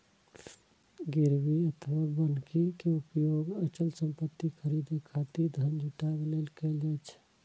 गिरवी अथवा बन्हकी के उपयोग अचल संपत्ति खरीदै खातिर धन जुटाबै लेल कैल जाइ छै